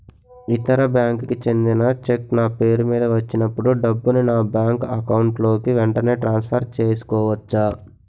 ఇతర బ్యాంక్ కి చెందిన చెక్ నా పేరుమీద ఇచ్చినప్పుడు డబ్బుని నా బ్యాంక్ అకౌంట్ లోక్ వెంటనే ట్రాన్సఫర్ చేసుకోవచ్చా?